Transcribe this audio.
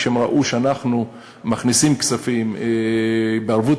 כשהם ראו שאנחנו מכניסים כספים בערבות